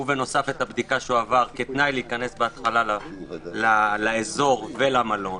ובנוסף את הבדיקה שעבר כתנאי להיכנס בהתחלה לאזור ולמלון.